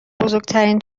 بزرگترین